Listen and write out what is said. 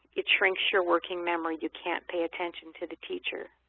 it shrinks your working memory. you can't pay attention to the teacher.